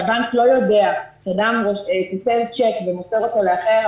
והבנק לא יודע כשתיתן צ'ק והוא מוסר אותו לאחר,